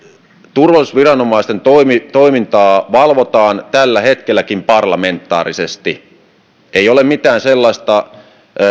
turvallisuusviranomaisten toimintaa toimintaa valvotaan tälläkin hetkellä parlamentaarisesti ei ole mitään sellaista